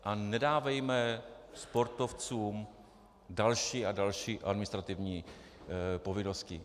A nedávejme sportovcům další a další administrativní povinnosti.